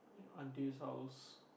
your auntie's house